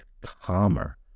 calmer